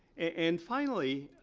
and finally,